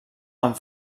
amb